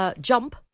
Jump